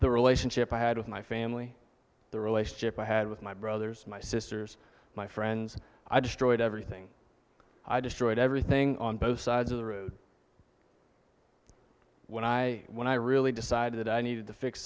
the relationship i had with my family the relationship i had with my brothers my sisters my friends i destroyed everything i destroyed everything on both sides of the road when i when i really decided i needed to fix